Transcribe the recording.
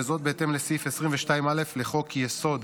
וזאת בהתאם לסעיף 22(א) לחוק-יסוד: